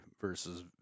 versus